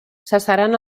cessaran